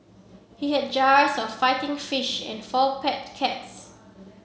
he had jars of fighting fish and four pet cats